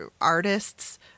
artists